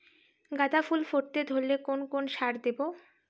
গাদা ফুল ফুটতে ধরলে কোন কোন সার দেব?